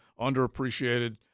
underappreciated